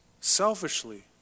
selfishly